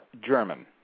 German